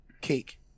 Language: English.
cake